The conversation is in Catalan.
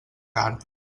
car